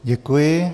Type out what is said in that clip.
Děkuji.